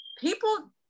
people